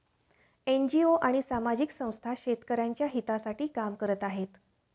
NGO आणि सामाजिक संस्था शेतकऱ्यांच्या हितासाठी काम करत आहेत